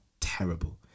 terrible